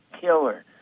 killer